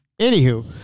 Anywho